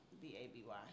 B-A-B-Y